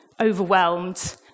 overwhelmed